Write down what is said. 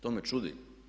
To me čudi.